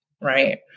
right